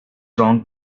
wrong